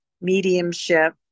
mediumship